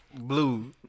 Blue